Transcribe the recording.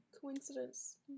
Coincidence